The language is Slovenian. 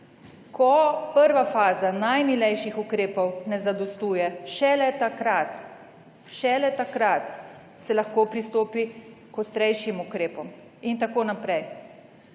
Ko prva faza najmilejših ukrepov ne zadostuje, šele takrat, šele takrat se lahko pristopi k ostrejšim ukrepom in tako naprej.